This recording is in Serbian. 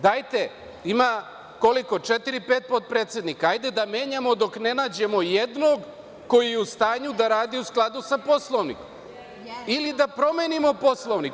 Dajte, ima koliko, četiri, pet, potpredsednika, hajde da menjamo dok ne nađemo jednog koji je u stanju da radi u skladu sa Poslovnikom, ili da promenimo Poslovnik.